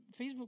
Facebook